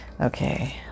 Okay